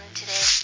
today